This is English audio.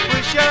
Wish